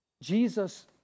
Jesus